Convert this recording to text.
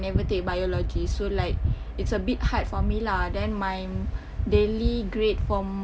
I never take biology so like it's a bit hard for me lah then my daily grade from